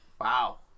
wow